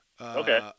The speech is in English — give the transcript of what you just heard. Okay